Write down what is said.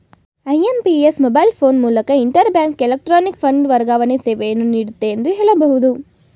IMPS mobile phone ಮೂಲಕ inter bank electronic fund ವರ್ಗಾವಣೆ ಸೇವೆಯನ್ನು ನೀಡುತ್ತೆ ಎಂದು ಹೇಳಬಹುದು